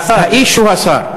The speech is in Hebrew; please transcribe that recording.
האיש הוא השר.